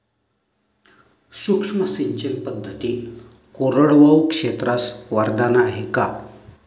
सूक्ष्म सिंचन पद्धती कोरडवाहू क्षेत्रास वरदान आहे का?